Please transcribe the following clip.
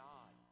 God